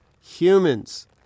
humans